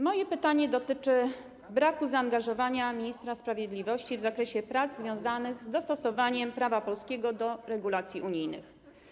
Moje pytanie dotyczy braku zaangażowania ministra sprawiedliwości w prace związane z dostosowaniem prawa polskiego do regulacji unijnych.